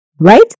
right